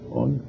on